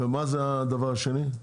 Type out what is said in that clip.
ומה זה הדבר השני?